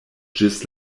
ĝis